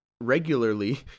regularly